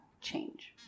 change